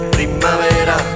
Primavera